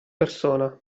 persona